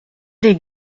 des